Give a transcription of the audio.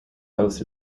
host